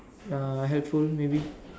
uh helpful maybe